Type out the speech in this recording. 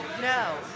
no